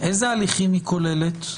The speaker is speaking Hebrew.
איזה הליכים היא כוללת?